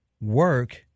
work